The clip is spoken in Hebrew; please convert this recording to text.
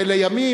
לימים,